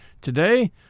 Today